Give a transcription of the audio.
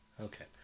Okay